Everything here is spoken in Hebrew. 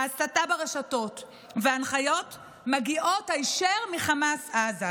ההסתה ברשתות וההנחיות מגיעים היישר מחמאס עזה.